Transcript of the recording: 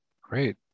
Great